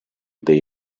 dei